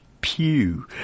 pew